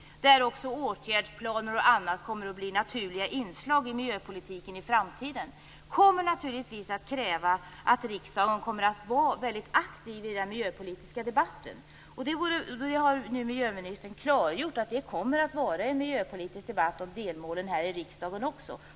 Åtgärdsplaner och annat kommer att bli naturliga inslag i miljöpolitiken i framtiden. Det kommer naturligtvis att kräva att riksdagen kommer att vara väldigt aktiv i den miljöpolitiska debatten. Miljöministern har nu klargjort att det kommer att föras en miljöpolitisk debatt om delmålen här i riksdagen också.